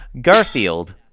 Garfield